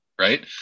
right